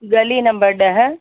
गली नंबर ॾह